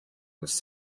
was